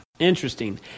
Interesting